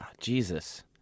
Jesus